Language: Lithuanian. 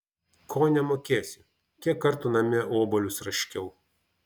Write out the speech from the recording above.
ko nemokėsiu kiek kartų namie obuolius raškiau